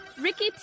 Ricky